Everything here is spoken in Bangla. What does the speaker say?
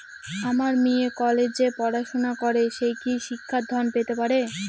আমার মেয়ে কলেজে পড়াশোনা করে সে কি শিক্ষা ঋণ পেতে পারে?